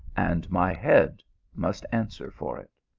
and my head must answer for it.